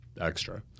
extra